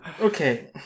Okay